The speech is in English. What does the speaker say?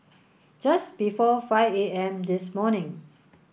just before five A M this morning